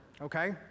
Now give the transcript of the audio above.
okay